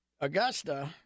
Augusta